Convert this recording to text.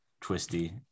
twisty